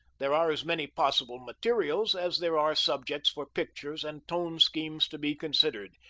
there are as many possible materials as there are subjects for pictures and tone schemes to be considered.